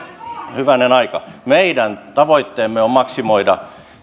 hyvänen aika meidän tavoitteemme on maksimoida